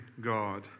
God